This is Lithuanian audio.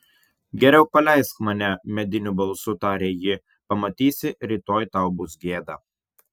geriau paleisk mane mediniu balsu tarė ji pamatysi rytoj tau bus gėda